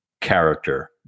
character